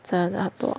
这么多